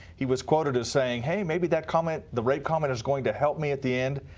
he was quoted as saying, hey, maybe that comment, the rape comment is going to help me at the end.